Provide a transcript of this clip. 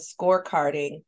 scorecarding